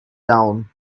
down